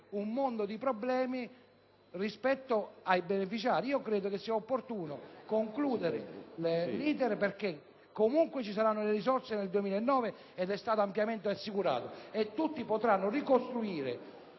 un mondo di problemi rispetto ai beneficiari. Credo che sia opportuno concludere l'*iter* perché, comunque, ci saranno risorse nel 2009 - è stato ampiamente assicurato - e tutti potranno ricostruire